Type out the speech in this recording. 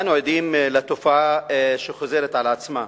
אנו עדים לתופעה שחוזרת על עצמה,